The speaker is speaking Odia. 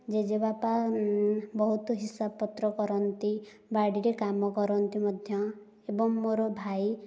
ଜେଜେବାପା ବହୁତ ହିସାବ ପତ୍ର କରନ୍ତି ବାଡ଼ିରେ କାମ କରନ୍ତି ମଧ୍ୟ ଏବଂ ମୋର ଭାଇ